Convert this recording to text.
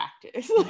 practice